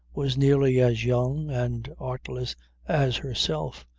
was nearly as young and artless as herself,